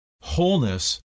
Wholeness